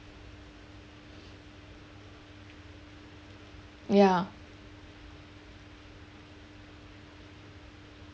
ya